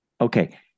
okay